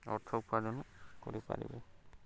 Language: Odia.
ଅର୍ଥ ଉପାର୍ଜନ କରିପାରିବେ